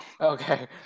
Okay